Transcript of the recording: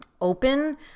open